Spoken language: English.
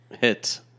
hit